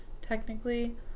technically